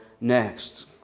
next